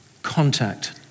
contact